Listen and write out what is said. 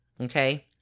okay